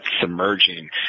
Submerging